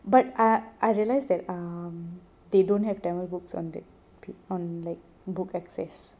but ah I realised that um they don't have tamil books on like book excess